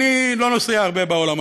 אני לא נוסע הרבה בעולם,